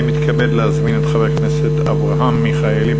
אני מתכבד להזמין את חבר הכנסת אברהם מיכאלי.